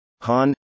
Han